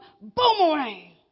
boomerang